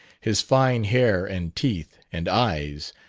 his fine hair and teeth and eyes,